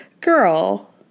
girl